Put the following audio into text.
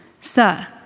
Sir